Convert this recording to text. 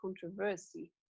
controversy